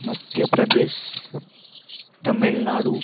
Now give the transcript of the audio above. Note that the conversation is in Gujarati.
મધ્ય પ્રદેશ તમિલનાડુ